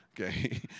Okay